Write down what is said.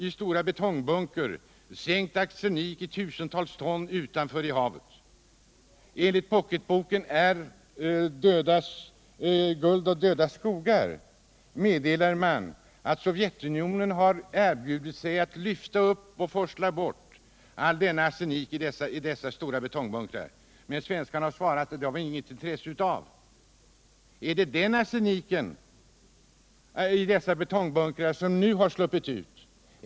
I betongbunkrar har man sänkt tusentals ton arsenik utanför i havet. I Pockettidningen R:s Guld och döda skogar meddelas att Sovjetunionen har erbjudit sig att lyfta upp och forsla bort dessa stora betongbunkrar, men svenskarna har svarat: Det har vi inget intresse av. Är det arseniken i dessa betongbunkrar som nu har sluppit ut?